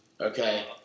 Okay